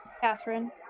Catherine